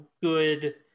good